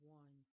one